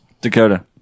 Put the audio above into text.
Dakota